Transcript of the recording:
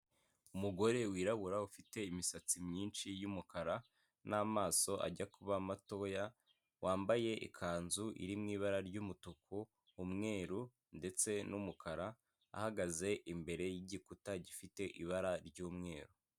Umugore wirabura ufite imisatsi myinshi y’umukara namaso ajya kuba matoya wambaye ikanzu iri mu ibara ry'umutuku, umweru, ndetse n’umukara ahagaze imbere y’ igikuta gifite ibara ry'mweru.